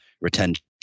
retention